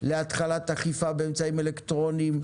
להתחלת אכיפה באמצעים אלקטרוניים,